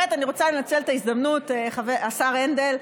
אני רוצה לנצל את ההזדמנות, השר הנדל.